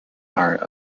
art